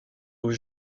aux